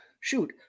shoot